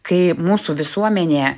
kai mūsų visuomenėje